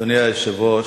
אדוני היושב-ראש,